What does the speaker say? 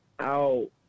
out